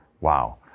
Wow